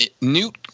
Newt